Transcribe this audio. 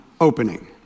opening